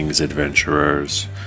adventurers